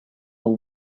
will